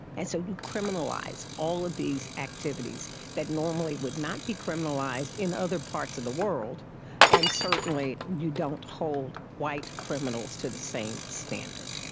and so you criminalise all of these activities that normally would not be criminalised in other parts of the world and certainly you don't hold white criminals to the same standard.